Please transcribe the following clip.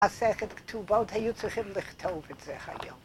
מסכת כתובות, היו צריכים לכתוב את זה היום.